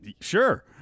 Sure